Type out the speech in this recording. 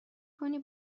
کنی